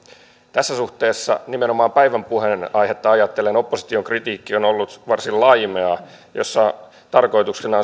tässä suhteessa nimenomaan päivän puheenaihetta ajatellen opposition kritiikki on ollut varsin laimeaa ja tarkoituksena